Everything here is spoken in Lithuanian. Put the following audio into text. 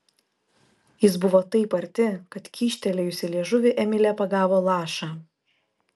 jis buvo taip arti kad kyštelėjusi liežuvį emilė pagavo lašą